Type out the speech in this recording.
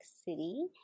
City